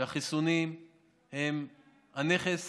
שהחיסונים הם הנכס